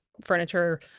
furniture